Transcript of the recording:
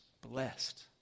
blessed